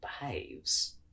behaves